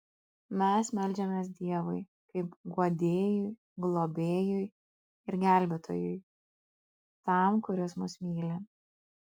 mes meldžiamės dievui kaip guodėjui globėjui ir gelbėtojui tam kuris mus myli